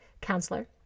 counselor